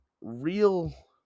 real